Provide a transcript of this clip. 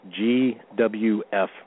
GWF